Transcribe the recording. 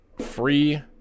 free